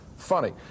funny